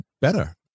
better